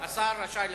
השר רשאי להמשיך.